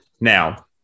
Now